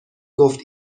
گفت